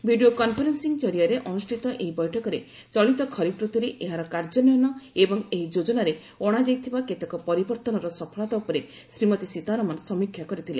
video conferencing କରିଆରେ ଅନୁଷ୍ଠିତ ଏହି ବୈଠକରେ ଚଳିତ ଖରିଫ୍ ରତୁରେ ଏହାର କାର୍ଯ୍ୟନ୍ୱୟନ ଏବଂ ଏହି ଯୋଚ୍ଚନାରେ ଅଣାଯାଇଥିବା କେତେକ ପରିବର୍ତ୍ତନର ସଫଳତା ଉପରେ ବିଶେଷ ଭାବରେ ଶ୍ରୀମତୀ ସୀତାରମଣ ସମୀକ୍ଷା କରିଥିଲେ